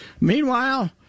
Meanwhile